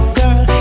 girl